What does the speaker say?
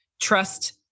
trust